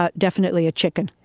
ah definitely a chicken.